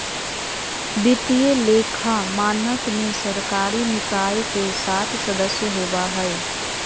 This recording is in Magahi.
वित्तीय लेखा मानक में सरकारी निकाय के सात सदस्य होबा हइ